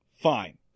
Fine